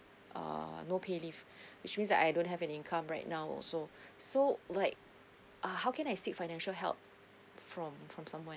uh no pay leave which means I don't have an income right now so so like uh how can I seek financial help from from someone